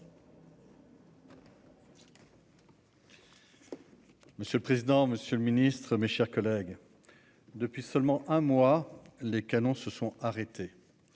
Monsieur le président, monsieur le ministre, mes chers collègues, depuis un mois seulement, les canons se sont arrêtés.